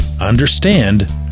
understand